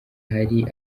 hari